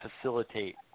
facilitate